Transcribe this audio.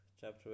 chapter